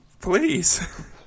please